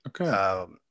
Okay